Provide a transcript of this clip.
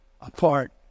apart